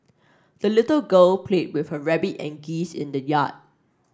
the little girl played with her rabbit and geese in the yard